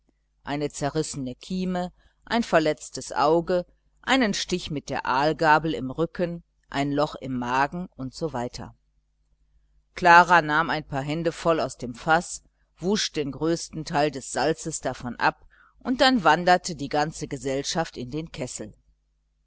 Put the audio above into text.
eine zerrissene kieme ein verletztes auge einen stich mit der aalgabel im rücken ein loch im magen usw klara nahm ein paar hände voll aus dem faß wusch den größten teil des salzes davon ab und dann wanderte die ganze gesellschaft in den kessel